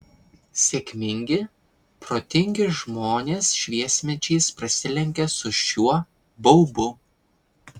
sėkmingi protingi žmonės šviesmečiais prasilenkia su šiuo baubu